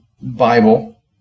Bible